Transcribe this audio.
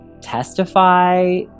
testify